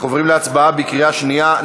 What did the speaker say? אנחנו עוברים להצבעה בקריאה שנייה.